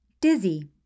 Dizzy